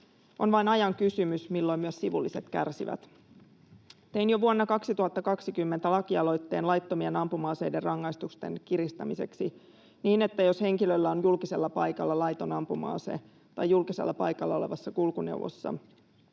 On vain ajan kysymys, milloin myös sivulliset kärsivät. Tein jo vuonna 2020 lakialoitteen laittomien ampuma-aseiden rangaistusten kiristämiseksi, niin että jos henkilöllä on laiton ampuma-ase julkisella paikalla tai julkisella paikalla olevassa kulkuneuvossa,